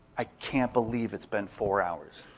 i can't believe it's been four hours,